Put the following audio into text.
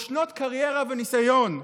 או שנות קריירה וניסיון,